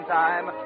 time